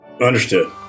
Understood